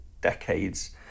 decades